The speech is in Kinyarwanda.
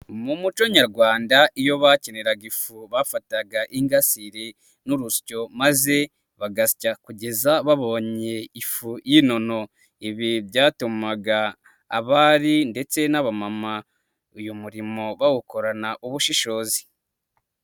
Mu muco Nyarwanda iyo bakeniraga ifu, bafataga ingasiri n'urusyo maze bagasya kugeza babonye ifu y'inono. Ibi byatumaga abari ndetse n'abamama uyu murimo bawukorana ubushishozi.